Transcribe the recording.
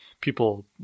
people